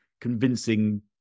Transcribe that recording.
convincing